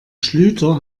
schlüter